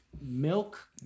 milk